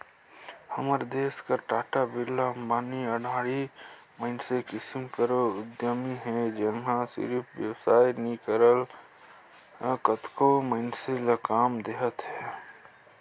हमर देस कर टाटा, बिरला, अंबानी, अडानी मन अइसने किसिम कर उद्यमी हे जेनहा सिरिफ बेवसाय नी करय कतको मइनसे ल काम देवत हे